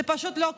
זה פשוט לא קרה,